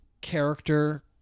character